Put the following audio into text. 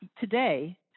today